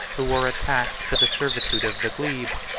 who were attached to the servitude of the glebe,